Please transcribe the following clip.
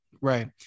right